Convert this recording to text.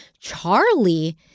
Charlie